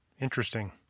Interesting